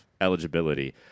eligibility